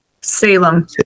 Salem